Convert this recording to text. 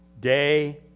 day